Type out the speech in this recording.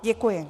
Děkuji.